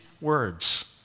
words